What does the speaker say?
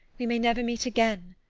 we may never meet again.